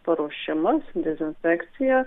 paruošimas dezinfekcija